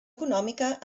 econòmica